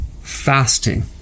fasting